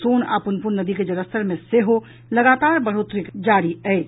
सोन आ पुनपुन नदी के जलस्तर मे सेहो लगातार बढ़ोतरी जारी अछि